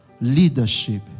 leadership